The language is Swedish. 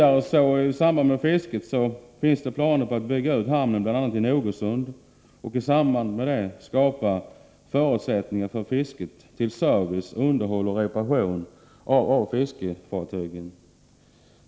Det finns vidare planer på att bygga ut hamnen i bl.a. Nogersund och i samband med det skapa förutsättningar för service, underhåll och reparation av fiskefartyg.